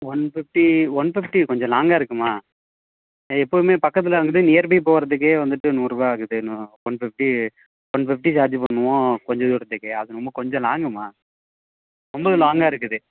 one fifty one fifty கொஞ்சம் லாங்காக இருக்கும்மா எப்போவுமே பக்கத்தில் வந்து நியர்பை போகிறதுக்கே வந்துட்டு நூறு ருபா ஆகுது இன்னும் one fifty one fifty charge பண்ணுவோம் கொஞ்ச தூரத்துக்கே அதுவும் இல்லாமல் கொஞ்சம் லாங்கும்மா ரொம்ப லாங்காக இருக்குது